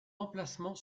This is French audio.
emplacement